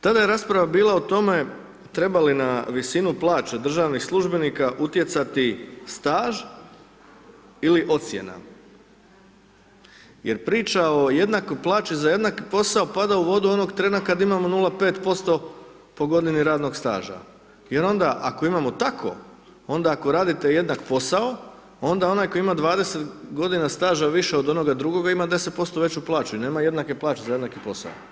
Tada je rasprava bila o tome treba li na visinu plaće državnih službenika utjecati staž ili ocjena jer priča o jednakoj plaći za jednaki posao pada u vodu onog trena kad imamo 0,5% po godini radnog staža i onda ako imamo tako, onda ako radite jednak posao, onda onaj koji ima 20 godina staža više od onoga drugoga, ima 10% veću plaću i nema jednake plaće za jednaki posao.